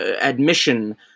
admission